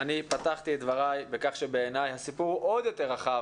פתחתי את דבריי בכך שבעיני הסיפור עוד יותר רחב